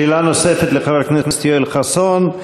שאלה נוספת לחבר הכנסת יואל חסון.